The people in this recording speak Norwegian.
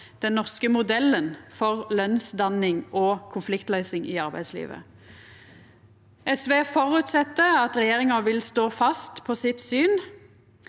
den norske modellen for lønsdanning og konfliktløysing i arbeidslivet. SV føreset at regjeringa vil stå fast på sitt syn.